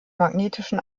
magnetischen